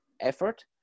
effort